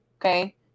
Okay